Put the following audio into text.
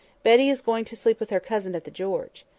betty is going to sleep with her cousin at the george.